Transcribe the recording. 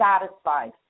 satisfied